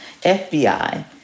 FBI